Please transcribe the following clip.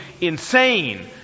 insane